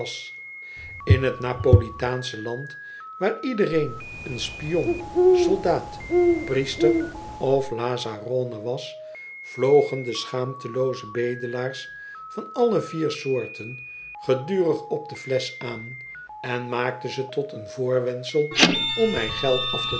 in t napolitaansche land waar iedereen een spion soldaat priester of lazzarone was vlogen de schaamtelooze bedelaars van alle vier soorten gedurig op de flesch aan en maakten ze tot een voorwendsel om mij geld af te